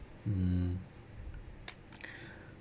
mm